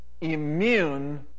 immune